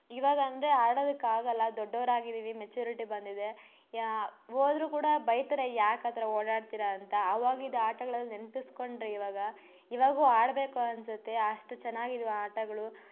ಇವಾಗ ಅಂದರೆ ಆಡೋದಕ್ಕೆ ಆಗೋಲ್ಲ ದೊಡ್ಡೋರಾಗಿದ್ದೀವಿ ಮೆಚ್ಯುರಿಟಿ ಬಂದಿದೆ ಹೋದ್ರು ಕೂಡ ಬೈತಾರೆ ಯಾಕೆ ಆ ಥರ ಓಡಾಡ್ತೀರಾ ಅಂತ ಆವಗಿದ್ದ ಆಟಗಳನ್ನ ನೆನ್ಪಿಸಿಕೊಂಡ್ರೆ ಇವಾಗ ಇವಾಗೂ ಆಡಬೇಕು ಅನಿಸುತ್ತೆ ಅಷ್ಟು ಚೆನ್ನಾಗಿದ್ದವು ಆಟಗಳು